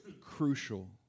crucial